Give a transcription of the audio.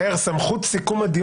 לסיכום.